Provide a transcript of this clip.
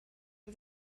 for